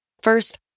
First